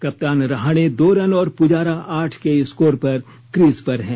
कप्तान रहाणे दो रन और पुजारा आठ के स्कोर पर क्रीज पर हैं